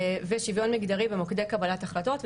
ושוויון מגדרי ומוקדי קבלת החלטות,